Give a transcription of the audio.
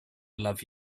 love